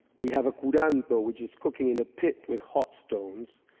we have a curanto, which is cooking in a pit with hot stones.